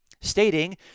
stating